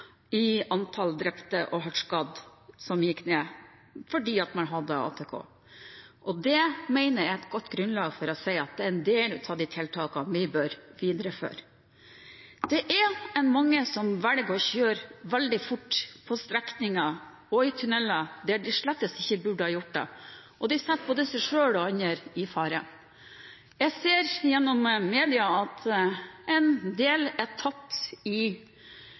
i antall drepte og hardt skadde der man hadde ATK. Det mener jeg er et godt grunnlag for å si at det er et av de tiltakene vi bør videreføre. Det er mange som velger å kjøre veldig fort på strekninger og i tunneler der de slett ikke burde gjøre det, og de setter både seg selv og andre i fare. Jeg ser i media at en del er tatt i